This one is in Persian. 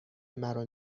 مرا